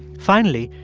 finally,